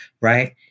right